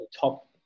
top